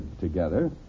together